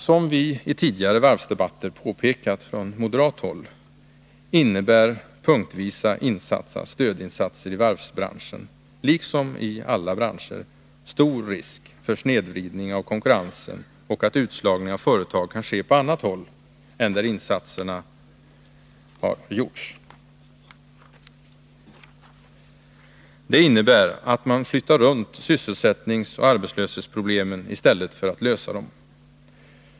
Som vi i tidigare varvsdebatter påpekat från moderat håll innebär punktvis insatta stödinsatser i varvsbranschen — liksom i alla branscher — stor risk för snedvridning av konkurrensen och utslagning av företag på annat håll än där insatserna görs. Det innebär att man flyttar runt sysselsättningsoch arbetslöshetsproblemen i stället för att lösa dem.